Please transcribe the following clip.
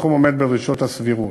הסכום עומד בדרישות הסבירות.